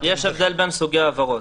יש הבדל בין סוגי העברות.